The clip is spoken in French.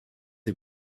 est